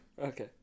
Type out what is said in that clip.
Okay